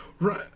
Right